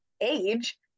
age